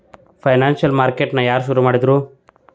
Financial market ನ ಯಾರ್ ಶುರುಮಾಡಿದ್ರು?